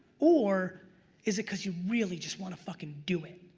or is it cause you really just want to fuckin do it?